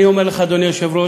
ואני אומר לך, אדוני היושב-ראש,